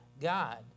God